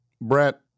Brett